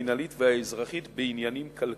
המינהלית והאזרחית בעניינים כלכליים,